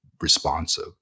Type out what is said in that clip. responsive